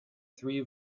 three